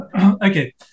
Okay